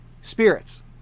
spirits